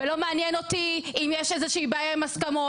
ולא מעניין אותי אם יש איזושהי בעיה עם הסכמות.